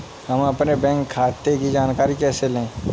हम अपने बैंक खाते की जानकारी कैसे लें?